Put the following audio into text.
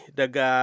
daga